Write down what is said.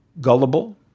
gullible